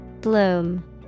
Bloom